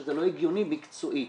שזה לא הגיוני מקצועית.